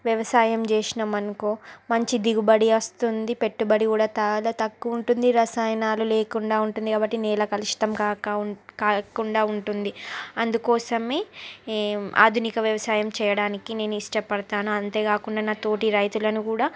వ్యవసాయం చేసినామనుకో మంచి దిగుబడి అస్తుంది పెట్టుబడి కూడా తాగా తక్కువ ఉంటుంది రసాయనాలు లేకుండా ఉంటుంది కాబట్టి నేల కలుషితం కాక కాకుండా ఉంటుంది అందుకోసమే ఈ ఆధునిక వ్యవసాయం చేయడానికి నేను ఇష్టపడతాను అంతేగాకుండా నాతోటి రైతులను కూడా